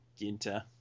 Ginta